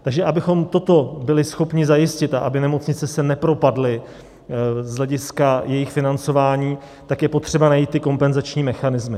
Takže abychom toto byli schopni zajistit a aby nemocnice se nepropadly z hlediska svého financování, tak je potřeba najít kompenzační mechanismy.